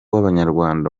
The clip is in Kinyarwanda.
wabanyarwanda